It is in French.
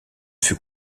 fut